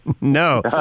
No